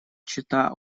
чета